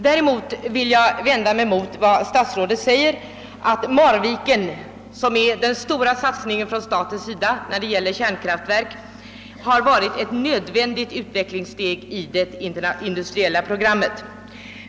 Däremot vill jag vända mig mot statsrådets uttalande att Marvikenanläggningen, som är den stora satsningen på statligt håll beträffande kärnkraftverk, varit ett nödvändigt utvecklingssteg i det industriella kärnkraftsprogrammet.